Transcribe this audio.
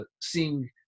seeing